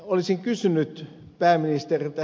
olisin kysynyt pääministeriltä